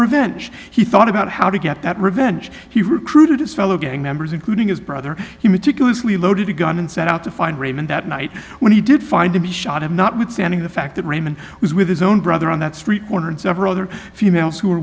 revenge he thought about how to get that revenge he recruited his fellow gang members including his brother he meticulously loaded a gun and set out to find raymond that night when he did find to be shot of notwithstanding the fact that raymond was with his own brother on that street corner and several other females who